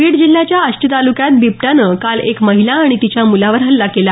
बीड जिल्ह्याच्या आष्टी तालुक्यात बिबट्याने काल एक महिला आणि तिच्या मुलावर हल्ला केला